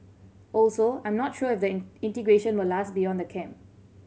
also I'm not sure if the integration will last beyond the camp